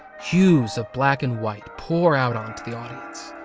hues of black and white pour out onto the audience,